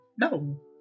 no